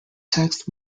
text